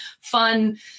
fun